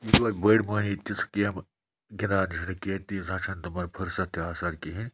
بٔڑۍ مٔہنِو تِژھٕ گیمہٕ گِنٛدان تہِ چھِنہٕ کِہیٖنۍ تیٖژاہ چھَنہٕ تمَن فٕرسَت تہِ آسان کِہیٖنۍ